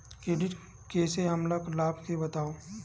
Credit से हमला का लाभ हे बतावव?